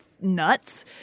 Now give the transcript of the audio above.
nuts